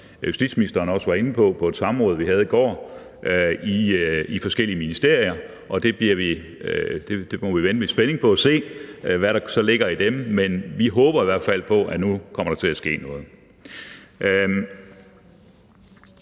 justitsministeren også var inde på på et samråd, vi havde i går, kommer forskellige lovforslag i forskellige ministerier. Vi må vente med spænding på at se, hvad der så ligger i dem, men vi håber i hvert fald på, at der nu kommer til at ske noget.